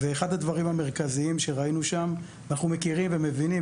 אחד הדברים המרכזיים שראינו שם אנחנו מכירים ומבינים.